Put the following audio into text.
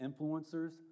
influencers